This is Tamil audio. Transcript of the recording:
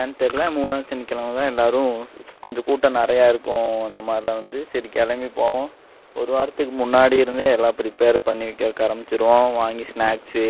ஏன்னு தெரில மூணாவது சனிக்கிழமை தான் எல்லோரும் கொஞ்சம் கூட்டம் நிறையாருக்கும் அந்த மாதிரி தான் வந்து சரி கிளம்பி போவோம் ஒரு வாரத்துக்கு முன்னாடி இருந்தே எல்லா ப்ரிப்பர் பண்ணி வைக்கிறக்கு ஆரம்பித்திருவோம் வாங்கி ஸ்நாக்ஸ்ஸு